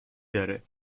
داره